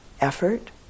effort